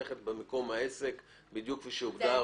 למקום העסק כפי שהוא הוגדר.